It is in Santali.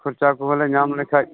ᱠᱷᱚᱨᱪᱟ ᱠᱚᱦᱚᱸ ᱞᱮ ᱧᱟᱢ ᱞᱮᱠᱷᱟᱱ